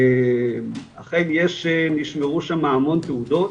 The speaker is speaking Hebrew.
אכן יש שנשמרו שם המון תעודות,